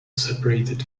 separated